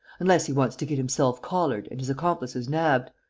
unless he wants to get himself collared and his accomplices nabbed.